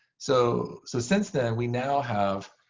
so so since then, we now have